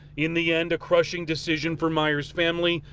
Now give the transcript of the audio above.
in the end a crushing decision for meyer's family.